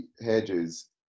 Hedges